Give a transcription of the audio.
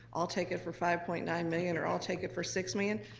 i'll take it for five point nine million, or, i'll take it for six million,